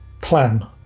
plan